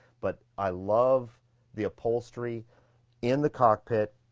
but i love the upholstery in the cockpit,